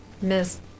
miss